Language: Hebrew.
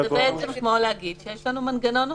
בעצם, זה כמו להגיד שיש לנו מנגנון נוסף.